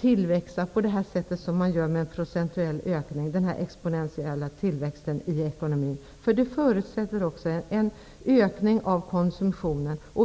tillväxa på samma sätt som i dag, med en exponentiell tillväxt i ekonomin. Det förutsätter också en ökning av konsumtionen.